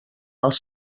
als